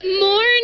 Morning